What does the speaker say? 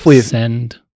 send